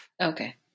Okay